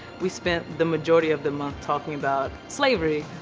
we spent the majority of the month talking about slavery,